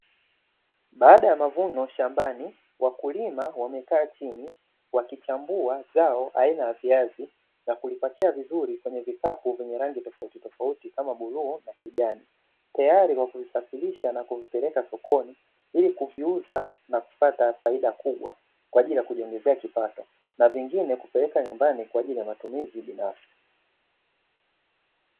Baada ya mavuno shambani wakulima wamekaa chini wakichambua zao aina ya viazi na kulipatia vizuri kwenye vikapu vyenye rangi tofauti tofauti kama bluu na kijani, tayari kwa kuisafirisha na kumpeleka sokoni ili kuviuza na kupata faida kubwa kwa ajili ya kujiongezea kipato na vingine kupeleka nyumbani kwa ajili ya matumizi binafsi.